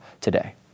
today